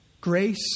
Grace